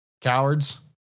Cowards